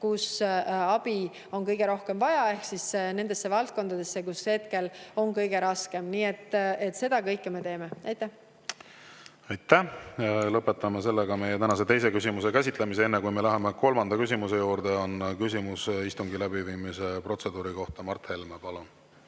kus abi on kõige rohkem vaja, ehk nendesse valdkondadesse, kus hetkel on kõige raskem. Seda kõike me teeme. Aitäh! Lõpetame tänase teise küsimuse käsitlemise. Enne, kui me läheme kolmanda küsimuse juurde, on küsimus istungi läbiviimise protseduuri kohta. Mart Helme, palun!